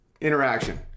interaction